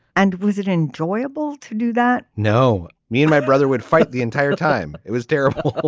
and was it enjoyable to do that. no. me and my brother would fight the entire time. it was terrible.